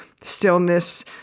stillness